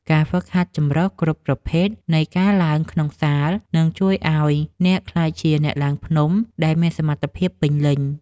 ការហ្វឹកហាត់ចម្រុះគ្រប់ប្រភេទនៃការឡើងក្នុងសាល នឹងជួយឱ្យអ្នកក្លាយជាអ្នកឡើងភ្នំដែលមានសមត្ថភាពពេញលេញ។